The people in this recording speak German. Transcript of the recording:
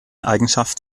eigenschaft